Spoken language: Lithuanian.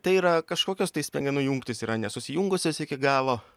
tai yra kažkokios tai smegenų jungtys yra nesusijungusios iki galo